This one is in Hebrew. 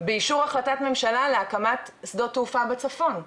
באישור החלטת ממשלה להקמת שדות תעופה בצפון,